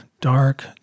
dark